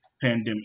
pandemic